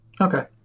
Okay